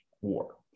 war